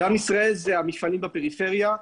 עם ישראל זה המפעלים בפריפריה,